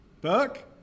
Burke